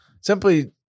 simply